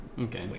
Okay